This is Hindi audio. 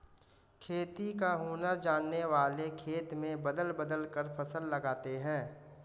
खेती का हुनर जानने वाले खेत में बदल बदल कर फसल लगाते हैं